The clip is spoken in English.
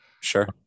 Sure